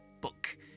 book